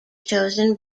chosen